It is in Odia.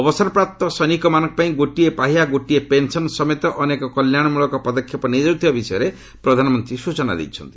ଅବସରପ୍ରାପ୍ତ ସୈନିକମାନଙ୍କପାଇଁ 'ଗୋଟଏ ପାହ୍ୟା ଗୋଟିଏ ପେନ୍ସନ୍' ସମେତ ଅନେକ କଲ୍ୟାଣମଳକ ପଦକ୍ଷେପ ନିଆଯାଉଥିବା ବିଷୟରେ ପ୍ରଧାନମନ୍ତ୍ରୀ ସ୍ଟଚନା ଦେଇଛନ୍ତି